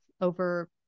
over